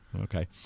okay